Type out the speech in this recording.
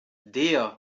der